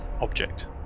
object